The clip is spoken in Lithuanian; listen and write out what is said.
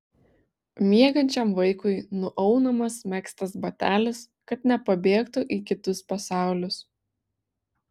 miegančiam vaikui nuaunamas megztas batelis kad nepabėgtų į kitus pasaulius